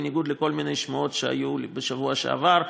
בניגוד לכל מיני שמועות שהיו בשבוע שעבר,